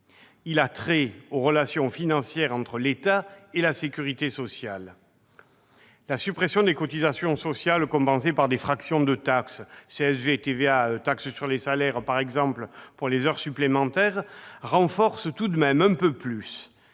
19 a trait aux relations financières entre l'État et la sécurité sociale : la suppression des cotisations sociales compensée par des fractions de taxes- CSG, TVA, taxe sur les salaires concernant les heures supplémentaires, par exemple -renforce un peu plus